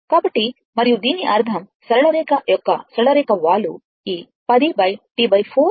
కాబట్టి మరియు దీని అర్థం సరళ రేఖ యొక్క సరళ రేఖ వాలు ఈ 10 T 4 అవుతుంది